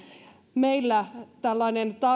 meillä tällainen